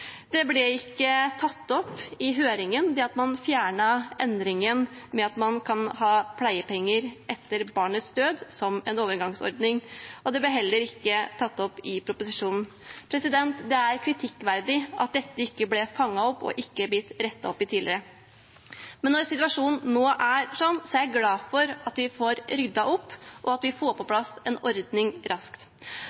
Det at man fjernet endringen med at man kan ha pleiepenger etter barnets død som en overgangsordning, ble ikke tatt opp i høringen, og det ble heller ikke tatt opp i proposisjonen. Det er kritikkverdig at dette ikke ble fanget opp og ikke har blitt rettet opp i tidligere, men når situasjonen nå er sånn, er jeg glad for at vi får ryddet opp, og at vi får på